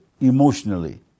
emotionally